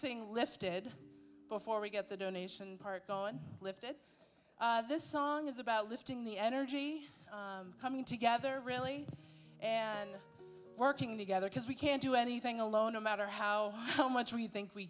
sing lifted before we get the donation part on lifted this song is about lifting the energy coming together really and working together because we can't do anything alone no matter how much we think we